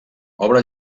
obre